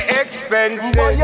expensive